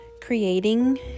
creating